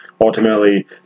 ultimately